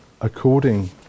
according